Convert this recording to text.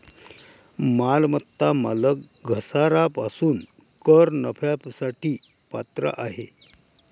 मालमत्ता मालक घसारा पासून कर नफ्यासाठी पात्र आहे